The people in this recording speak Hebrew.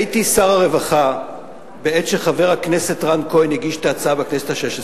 הייתי שר הרווחה בעת שחבר הכנסת רן כהן הגיש את ההצעה בכנסת השש-עשרה,